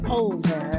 over